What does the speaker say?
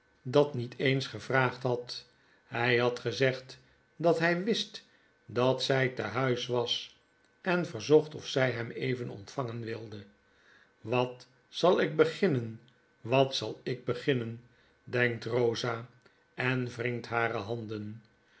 dat niet eens gevraagd had hij had gezegd dat hij wist dat zij te huis was en verzocht ofzij hem even ontvangen wilde wat zal ikbeginnen wat zal ik beginnen denkt eosa en wringt hare handen